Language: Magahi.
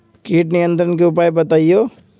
किट नियंत्रण के उपाय बतइयो?